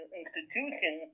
institution